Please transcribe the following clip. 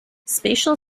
spatial